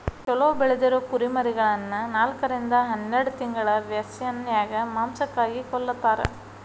ಚೊಲೋ ಬೆಳದಿರೊ ಕುರಿಮರಿಗಳನ್ನ ನಾಲ್ಕರಿಂದ ಹನ್ನೆರಡ್ ತಿಂಗಳ ವ್ಯಸನ್ಯಾಗ ಮಾಂಸಕ್ಕಾಗಿ ಕೊಲ್ಲತಾರ